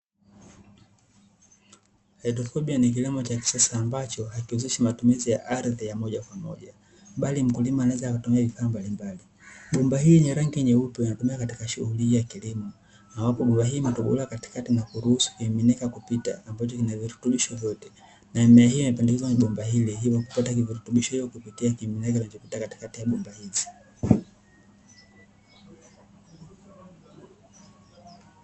Hydroponic ni kilimo cha kisasa ambacho hakiwezeshi matumizi ya ardhi moja kwa moja, bali mkulima anaweza kutumia vitu mbalimbali. Mkulima anaweza